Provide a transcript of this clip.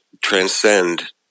transcend